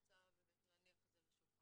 אני רוצה באמת להניח את זה על השולחן.